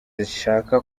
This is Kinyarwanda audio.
zishaka